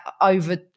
over